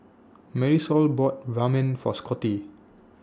Marisol bought Ramen For Scottie